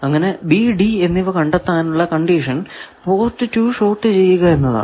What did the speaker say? അങ്ങനെ B D എന്നിവ കണ്ടെത്താനുള്ള കണ്ടീഷൻ പോർട്ട് 2 ഷോർട് ചെയ്യുക എന്നതാണ്